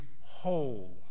whole